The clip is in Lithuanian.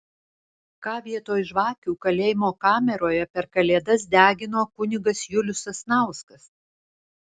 ką vietoj žvakių kalėjimo kameroje per kalėdas degino kunigas julius sasnauskas